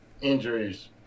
injuries